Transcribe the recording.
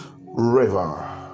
River